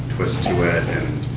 twist to it, and